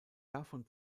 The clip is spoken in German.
davon